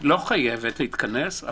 לא חייבת להתכנס,